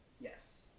Yes